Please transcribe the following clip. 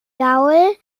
gaul